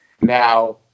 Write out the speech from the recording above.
Now